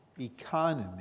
economy